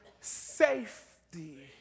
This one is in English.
safety